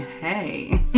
hey